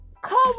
come